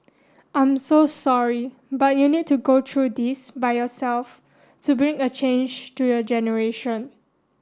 I'm so sorry but you need to go through this by yourself to bring a change to your generation